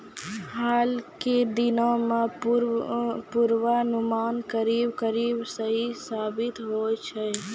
हाल के दिनों मॅ पुर्वानुमान करीब करीब सही साबित होय छै